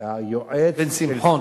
בן-שמחון.